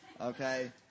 Okay